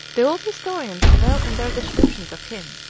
the old historians revel in their descriptions of him.